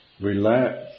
relax